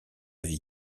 vie